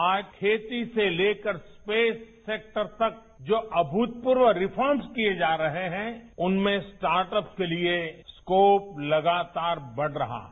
आज खेती से लेकर स्पेस सेक्टर तक जो अभूतपूर्व रिफॉर्मस किए जा रहे हैं उनमें स्टार्टअप के लिए स्कोप लगातार बढ़ रहा है